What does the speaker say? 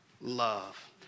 love